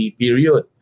period